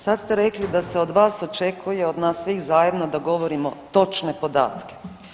Sad ste rekli da se od vas očekuje, od nas svih zajedno da govorimo točne podatke.